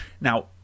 Now